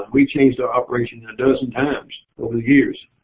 we changed our operation a dozen times over the years,